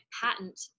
patent